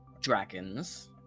dragons